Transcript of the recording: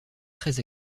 très